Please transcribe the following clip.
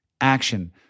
action